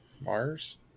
Mars